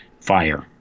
fire